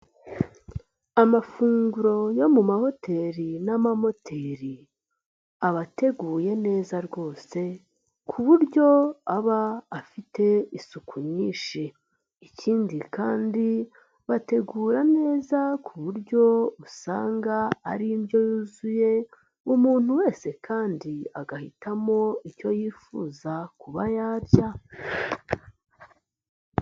Amafunguro yo mu mahoteli n'amamoteli aba ateguye neza rwose ku buryo aba afite isuku nyinshi, ikindi kandi bategura neza ku buryo usanga ari indyo yuzuye umuntu wese kandi agahitamo icyo yifuza kuba yarya.